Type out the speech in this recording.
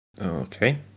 Okay